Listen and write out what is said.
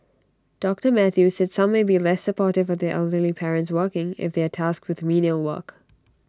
doctor Mathew said some may be less supportive of their elderly parents working if they are tasked with menial work